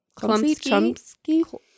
Klumsky